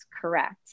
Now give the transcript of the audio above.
correct